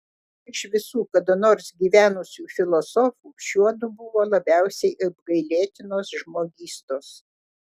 iš visų kada nors gyvenusių filosofų šiuodu buvo labiausiai apgailėtinos žmogystos